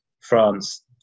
France